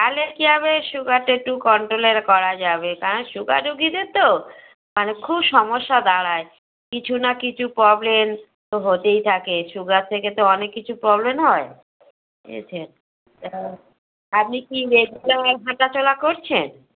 তাহলে কি হবে সুগারটা একটু কন্ট্রোলের করা যাবে কারণ সুগার রুগীদের তো মানে খুব সমস্যা দাঁড়ায় কিছু না কিছু প্রবলেম তো হতেই থাকে সুগার থেকে তো অনেক কিছু প্রবলেম হয় ঠিক আছে আপনি কি রেগুলার হাঁটা চলা করছেন